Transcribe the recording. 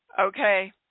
Okay